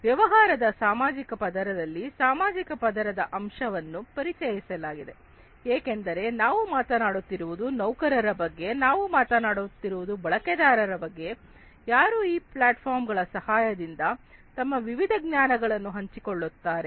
ವ್ಯವಹಾರ ಸಾಮಾಜಿಕ ಪದರದಲ್ಲಿ ಸಾಮಾಜಿಕ ಪದರದ ಅಂಶವನ್ನು ಪರಿಚಯಿಸಲಾಗಿದೆ ಏಕೆಂದರೆ ನಾವು ಮಾತನಾಡುತ್ತಿರುವುದು ನೌಕರರ ಬಗ್ಗೆ ನಾವು ಮಾತನಾಡುತ್ತಿರುವುದು ಬಳಕೆದಾರರ ಬಗ್ಗೆ ಯಾರು ಈ ಪ್ಲಾಟ್ಫಾರ್ಮ್ ಗಳ ಸಹಾಯದಿಂದ ತಮ್ಮ ವಿವಿಧ ಜ್ಞಾನಗಳನ್ನು ಹಂಚಿಕೊಳ್ಳುತ್ತಾರೆ